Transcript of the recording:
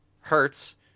hurts